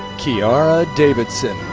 kyara davidson.